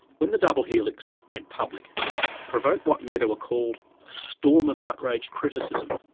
when the double helix went public it provoked what medawar called a storm of outraged criticism.